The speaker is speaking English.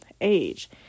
age